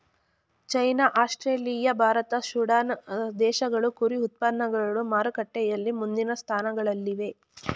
China Australia Bharat Sudan ದೇಶಗಳು ಕುರಿ ಉತ್ಪನ್ನಗಳು ಮಾರುಕಟ್ಟೆಯಲ್ಲಿ ಮುಂದಿನ ಸ್ಥಾನಗಳಲ್ಲಿವೆ